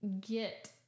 get